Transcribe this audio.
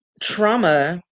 Trauma